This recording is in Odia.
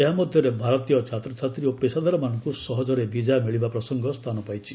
ଏହା ମଧ୍ୟରେ ଭାରତୀୟ ଛାତ୍ରଛାତ୍ରୀ ଓ ପେଶାଦାରମାନଙ୍କୁ ସହଜରେ ବିଜା ମିଳିବା ପ୍ରସଙ୍ଗ ସ୍ଥାନ ପାଇଛି